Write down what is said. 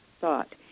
thought